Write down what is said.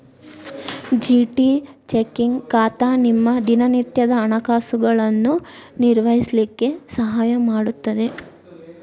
GT checking ಖಾತಾ ನಿಮ್ಮ ದಿನನಿತ್ಯದ ಹಣಕಾಸುಗಳನ್ನು ನಿರ್ವಹಿಸ್ಲಿಕ್ಕೆ ಸಹಾಯ ಮಾಡುತ್ತದೆ